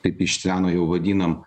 kaip iš seno jau vadinam